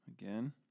again